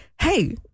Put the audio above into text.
hey